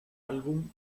álbum